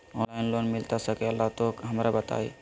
Online loan मिलता सके ला तो हमरो बताई?